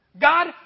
God